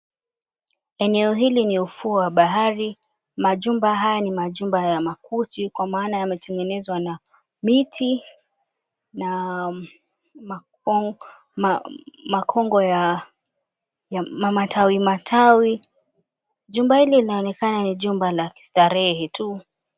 Eneo hili ni ufuo wa bahari . Majumba haya ni majumba ya makuti kwa maana yametengenezwa na miti na makongo ya matawi matawi. Jumba hili linaonekana ni jumba la kistarehe tu.